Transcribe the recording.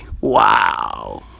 Wow